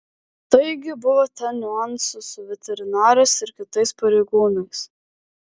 taigi buvo ten niuansų su veterinarais ir kitais pareigūnais